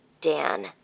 Dan